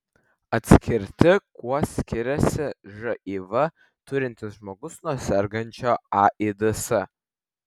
atskirti kuo skiriasi živ turintis žmogus nuo sergančio aids